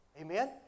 Amen